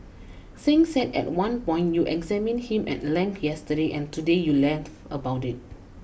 Singh said at one point you examined him at length yesterday and today you laugh about it